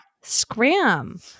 Scram